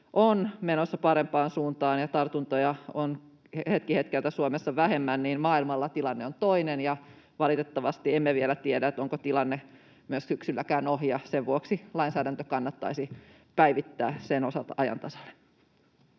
on menossa parempaan suuntaan ja tartuntoja on Suomessa hetki hetkeltä vähemmän, maailmalla tilanne on toinen, ja valitettavasti emme vielä tiedä, onko tilanne syksylläkään ohi. Sen vuoksi lainsäädäntö kannattaisi päivittää sen osalta ajan tasalle.